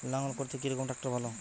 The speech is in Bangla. লাঙ্গল করতে কি রকম ট্রাকটার ভালো?